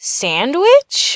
sandwich